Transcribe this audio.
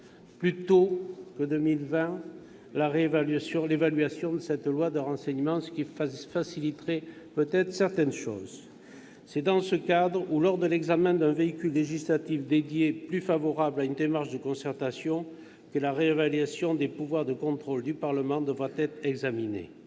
plus tôt qu'en 2020 l'évaluation de cette loi, ce qui faciliterait peut-être certaines choses. C'est dans ce cadre ou lors de l'examen d'un véhicule législatif dédié, plus favorable à une démarche de concertation, que la réévaluation des pouvoirs de contrôle du Parlement devra être examinée.